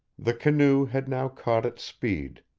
the canoe had now caught its speed.